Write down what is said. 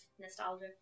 nostalgia